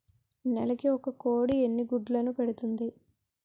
నెలకి ఒక కోడి ఎన్ని గుడ్లను పెడుతుంది?